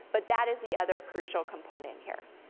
but that is the other crucial component here.